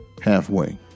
halfway